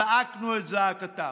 זעקנו את זעקתם,